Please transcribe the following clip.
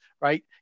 right